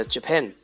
Japan